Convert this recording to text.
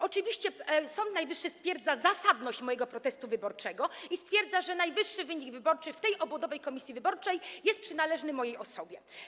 Oczywiście Sąd Najwyższy stwierdza zasadność mojego protestu wyborczego i stwierdza, że najwyższy wynik wyborczy w tej obwodowej komisji wyborczej jest przynależny mojej osobie.